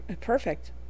perfect